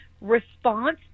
response